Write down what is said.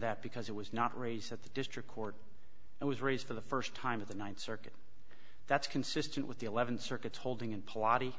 that because it was not raised at the district court it was raised for the first time of the ninth circuit that's consistent with the eleventh circuit holding in plotty